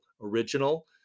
original